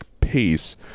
pace